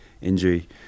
injury